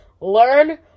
learn